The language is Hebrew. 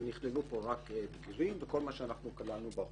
נכללו פה רק בגירים וכל מה שכללנו --- בדוח הזה